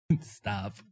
stop